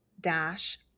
dash